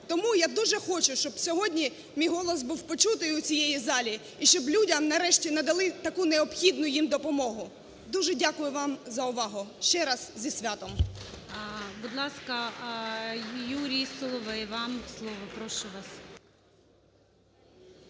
Тому я дуже хочу, щоб сьогодні мій голос був почутий в цій залі і щоб людям нарешті надали таку необхідну їм допомогу. Дуже дякую вам за увагу. Ще раз зі святом!